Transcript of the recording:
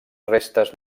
restes